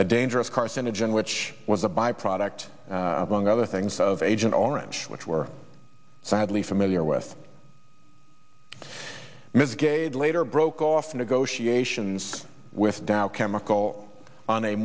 a dangerous carcinogen which was a byproduct among other things of agent orange which we're sadly familiar with ms gade later broke off negotiations with dow chemical on a